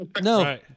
No